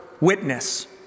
witness